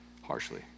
harshly